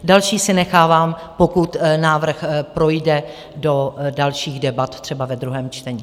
Další si nechávám, pokud návrh projde do dalších debat, třeba ve druhém čtení.